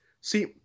See